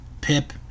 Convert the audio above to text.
Pip